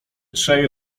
trzej